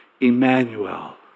Emmanuel